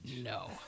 No